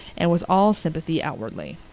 and was all sympathy outwardly.